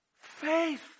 faith